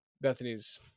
Bethany's